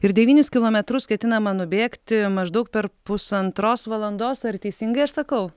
ir devynis kilometrus ketinama nubėgti maždaug per pusantros valandos ar teisingai aš sakau